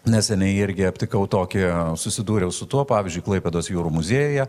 neseniai irgi aptikau tokį susidūriau su tuo pavyzdžiui klaipėdos jūrų muziejuje